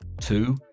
Two